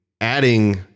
adding